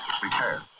prepare